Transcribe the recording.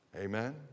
Amen